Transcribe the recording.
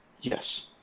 yes